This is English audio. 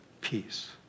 peace